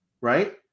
right